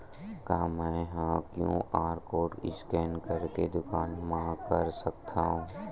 का मैं ह क्यू.आर कोड स्कैन करके दुकान मा कर सकथव?